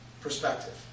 perspective